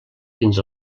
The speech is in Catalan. fins